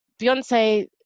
Beyonce